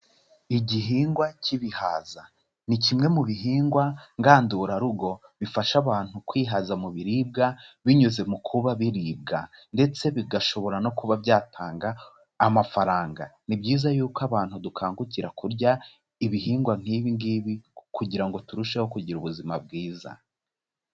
Igihingwa cy'ibihaza, ni kimwe mu bihingwa ngandurarugo bifasha abantu kwihaza mu biribwa, binyuze mu kuba biribwa ndetse bigashobora no kuba byatanga amafaranga, ni byiza yuko abantu dukangukira kurya ibihingwa nk'ibiingibi, kugira ngo turusheho kugira ubuzima bwiza.